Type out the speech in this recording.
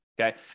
Okay